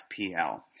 FPL